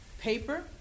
paper